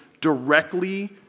directly